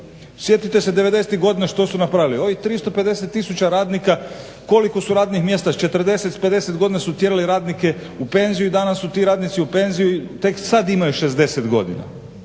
Sjetite se '90-ih godina što su napravili. Ovih 350 tisuća radnika koliko su radnih mjesta s 40, s 50 godina su tjerali radnike u penziju i danas su ti radnici u penziji, tek sad imaju 60 godina.